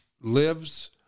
lives